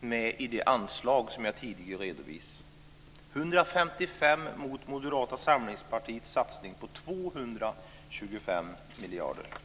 med i det anslag som jag tidigare redovisat - 155 mot Moderata samlingspartiets satsning på 225 miljarder kronor.